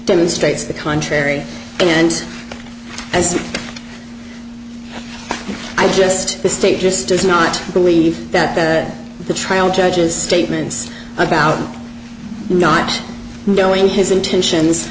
demonstrates the contrary and as i just state just does not believe that the trial judge's statements about not knowing his intentions